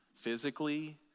physically